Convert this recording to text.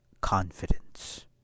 confidence